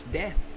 death